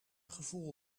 gevoel